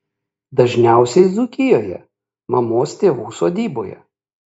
dažniausiai dzūkijoje mamos tėvų sodyboje